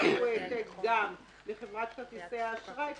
תעבירו העתק גם לחברת כרטיסי האשראי,